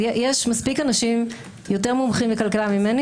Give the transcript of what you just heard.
יש מספיק אנשים יותר מומחים לכלכלה ממני